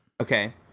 Okay